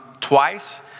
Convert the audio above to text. twice